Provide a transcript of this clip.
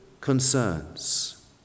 concerns